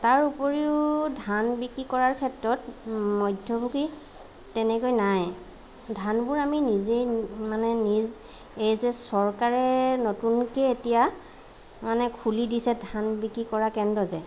তাৰ উপৰিও ধান বিক্ৰী কৰাৰ ক্ষেত্ৰত মধ্যভোগী তেনেকৈ নাই ধানবোৰ আমি নিজেই মানে নিজ এই যে চৰকাৰে নতুনকৈ এতিয়া মানে খুলি দিছে ধান বিক্ৰী কৰা কেন্দ্ৰ যে